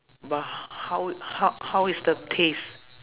but h~ how how how is the taste